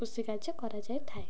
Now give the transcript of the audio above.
କୃଷିିକାର୍ଯ୍ୟ କରାଯାଇଥାଏ